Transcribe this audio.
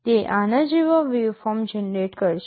તે આના જેવા વેવફોર્મ જનરેટ કરશે